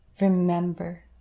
Remember